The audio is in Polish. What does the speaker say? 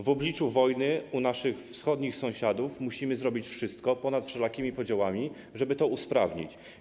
W obliczu wojny u naszych wschodnich sąsiadów musimy zrobić wszystko ponad wszelakimi podziałami, żeby to usprawnić.